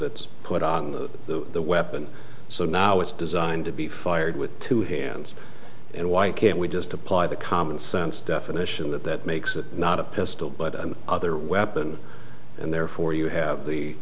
that's put on the weapon so now it's designed to be fired with two hands and why can't we just apply the commonsense definition that that makes it not a pistol but other weapon and therefore you have the